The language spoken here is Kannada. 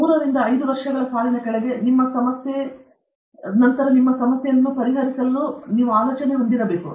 3 ರಿಂದ 5 ವರ್ಷಗಳು ಸಾಲಿನ ಕೆಳಗೆ ನಿಮ್ಮ ಸಮಸ್ಯೆಯು ಸಮಸ್ಯೆಯನ್ನು ಪರಿಹರಿಸುತ್ತದೆ